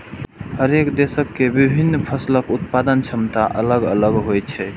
हरेक देशक के विभिन्न फसलक उत्पादन क्षमता अलग अलग होइ छै